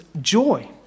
joy